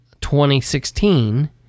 2016